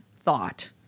thought